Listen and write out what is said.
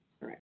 right